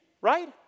right